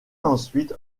ensuite